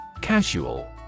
Casual